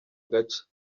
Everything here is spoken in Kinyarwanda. gace